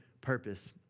purpose